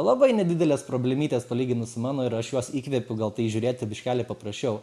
labai nedidelės problemytės palyginus su mano ir aš juos įkvepiu gal į tai žiūrėti biškelį paprašiau